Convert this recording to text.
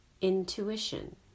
Intuition